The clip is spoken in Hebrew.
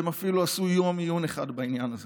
והם אפילו עשו יום עיון אחד בעניין הזה.